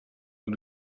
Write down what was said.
who